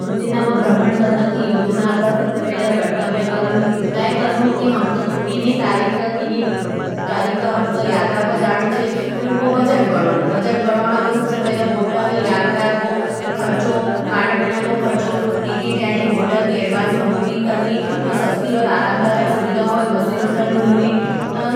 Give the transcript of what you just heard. छूटियां में भ्रमण करना कि योजना का सबसे पहला गंतव्य करणों, तय करना कि हमका किनी तारीक हमका यात्रा पर जाना है। फिर उ को बजट बनाना। बजट बनाना में सबसे पहला होटल, यात्रा को ख़र्चो, खानपीनों को ख़र्चो, टिकेट और होटल के एडवांस में बुकिंग करनी, जो सस्ती और आरामदावेक सुविधा होई, वसी होटल ढूणनी।